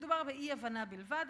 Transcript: שמדובר באי-הבנה בלבד,